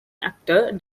actor